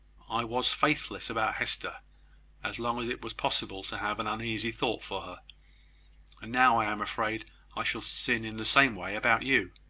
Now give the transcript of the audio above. i was faithless about hester as long as it was possible to have an uneasy thought for her and now i am afraid i shall sin in the same way about you.